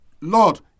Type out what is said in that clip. Lord